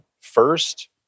first